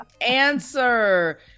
answer